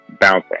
bouncing